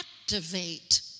activate